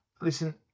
Listen